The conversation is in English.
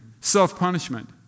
self-punishment